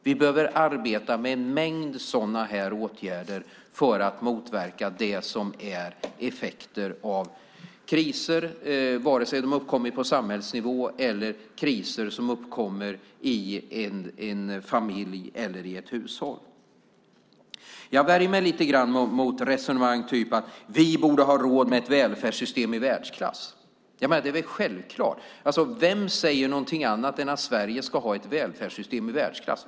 Vi behöver arbeta med en mängd sådana åtgärder för att motverka det som är effekter av kriser vare sig de uppkommit på samhällsnivå eller i en familj, i ett hushåll. Jag värjer mig lite grann mot resonemang av typen att vi borde ha råd med ett välfärdssystem i världsklass. Det är väl självklart. Vem säger något annat än att Sverige ska ha ett välfärdssystem i världsklass?